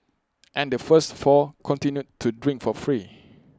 and the first four continued to drink for free